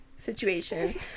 situation